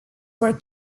were